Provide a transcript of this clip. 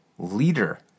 Leader